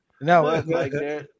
No